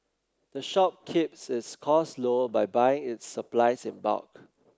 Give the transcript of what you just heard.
the shop keeps its costs low by buying its supplies in bulk